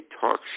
talk